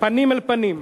פנים אל פנים.